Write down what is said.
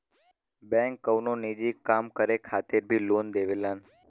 bank कउनो निजी काम करे खातिर भी लोन देवला